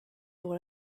pour